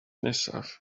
nesaf